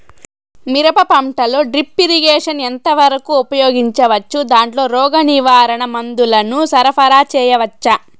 మిరప పంటలో drip irrigation ఎంత వరకు ఉపయోగించవచ్చు, దాంట్లో రోగ నివారణ మందుల ను సరఫరా చేయవచ్చా?